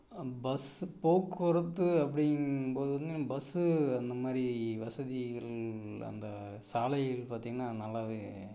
bus போக்குவரத்து அப்படின்னும்போது வந்து நம்ம பஸ்ஸு அந்த மாதிரி வசதிகள் அந்த சாலையில் பார்த்தீங்கன்னா நல்லா